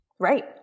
Right